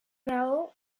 raó